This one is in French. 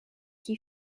qui